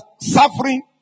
suffering